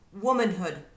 womanhood